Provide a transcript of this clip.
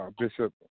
Bishop